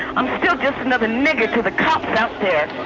i'm still just another nigger to the cops out there.